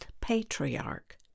patriarch